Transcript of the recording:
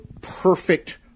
perfect